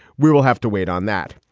we will have to wait on that.